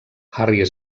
harry